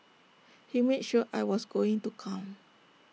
he made sure I was going to come